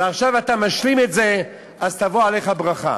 ועכשיו אתה משלים את זה, אז תבוא עליך ברכה.